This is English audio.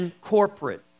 corporate